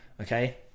okay